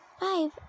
five